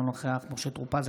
אינו נוכח משה טור פז,